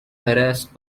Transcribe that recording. harassed